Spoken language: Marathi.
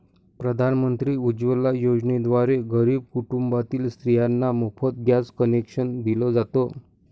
प्रधानमंत्री उज्वला योजनेद्वारे गरीब कुटुंबातील स्त्रियांना मोफत गॅस कनेक्शन दिल जात